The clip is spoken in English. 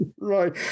Right